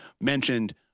mentioned